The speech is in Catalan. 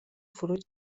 fruit